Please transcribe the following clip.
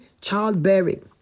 childbearing